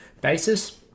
basis